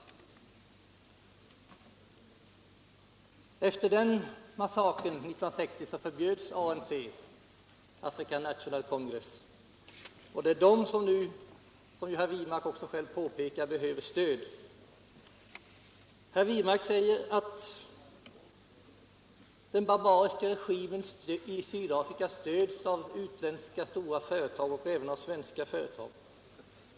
Efter den massakern förbjöds ANC, African National Congress. Som herr Wirmark påpekade är det den organisationen som nu behöver stöd. Herr Wirmark sade att den barbariska regimen i Sydafrika stöds av stora utländska företag och även av svenska företag.